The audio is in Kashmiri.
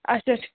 اَچھا